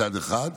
מצד אחד,